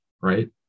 right